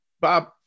Bob